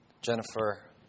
Jennifer